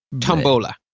Tombola